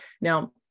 Now